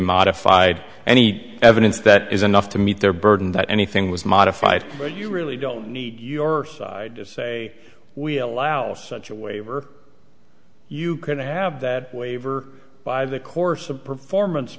modified any evidence that is enough to meet their burden that anything was modified you really don't need your side to say we'll allow such a waiver you can have that waiver by the course of performance